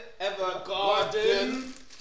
Evergarden